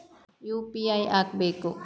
UPI ಯಾಕ್ ಬೇಕು?